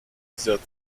dieser